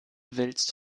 willst